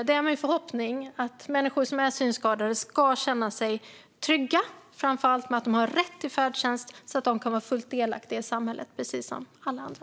Det är min förhoppning att människor som är synskadade ska känna sig trygga, framför allt med att de har rätt till färdtjänst, så att de kan vara fullt delaktiga i samhället precis som alla andra.